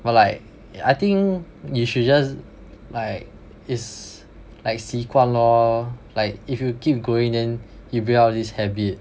well like I think you should just like is like 习惯 lor like if you keep going then you build up this habit